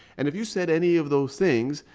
and if you said any of those things,